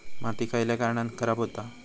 माती खयल्या कारणान खराब हुता?